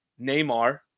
Neymar